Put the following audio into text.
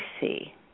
see